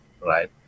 right